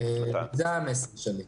זה המסר שלי.